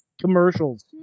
commercials